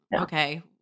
okay